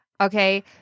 okay